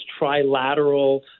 trilateral